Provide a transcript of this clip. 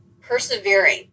persevering